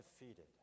defeated